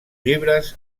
llibres